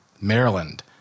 Maryland